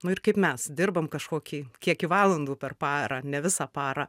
nu ir kaip mes dirbam kažkokį kiekį valandų per parą ne visą parą